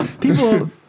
people